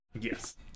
Yes